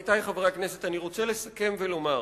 עמיתי חברי הכנסת, אני רוצה לסכם ולומר: